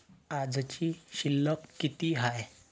आजची शिल्लक किती हाय?